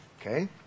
okay